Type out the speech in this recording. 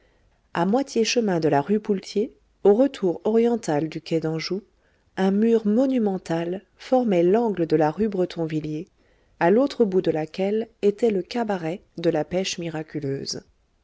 a moitié chemin de la rue poultier au retour oriental du quai d'anjou un mur monumental formait l'angle de la rue bretonvilliers à l'autre bout de laquelle était le cabaret de la pêche miraculeuse